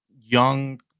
young